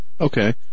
Okay